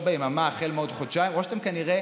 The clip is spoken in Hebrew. ביממה החל מעוד חודשיים או שאתם כנראה